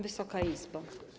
Wysoka Izbo!